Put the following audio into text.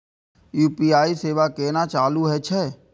UPI सेवा केना चालू है छै?